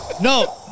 No